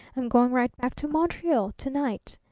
i'm going right back to montreal to-night.